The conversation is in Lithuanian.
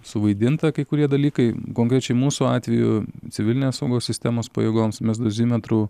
suvaidinta kai kurie dalykai konkrečiai mūsų atveju civilinės saugos sistemos pajėgoms mes dozimetrų